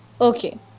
Okay